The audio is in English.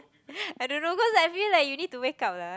I don't know cause I feel like you need to wake up lah